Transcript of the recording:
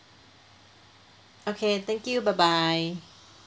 okay thank you bye bye